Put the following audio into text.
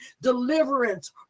deliverance